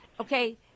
okay